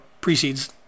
precedes